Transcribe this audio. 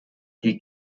die